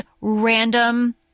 random